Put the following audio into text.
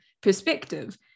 perspective